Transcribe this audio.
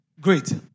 Great